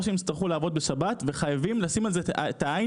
או שהם יצטרכו לעבוד בשבת וחייבים לשים על זה את העין